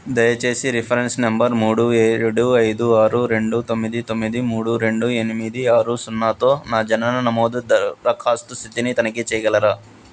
దయచేసి reference number మూడు ఏడు ఐదు ఆరు రెండు తొమ్మిది తొమ్మిది మూడు రెండు ఎనిమిది ఆరు సున్నాతో నా జనన నమోదు దరఖాస్తు స్థితిని తనిఖీ చేయగలరా